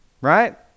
Right